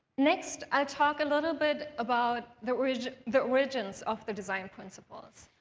next, i'll talk a little bit about the origins the origins of the design principles,